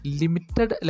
limited